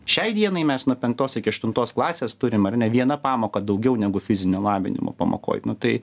šiai dienai mes nuo penktos iki aštuntos klasės turim ar ne viena pamoka daugiau negu fizinio lavinimo pamokoj tai